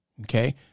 okay